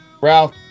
ralph